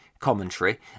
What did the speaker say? commentary